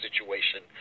situation